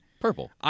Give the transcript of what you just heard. purple